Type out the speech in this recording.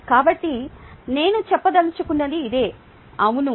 కాబట్టి నేను నేను చెప్పదలుచుకున్నది ఇదే అవును